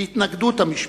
בהתנגדות המשפחה,